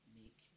make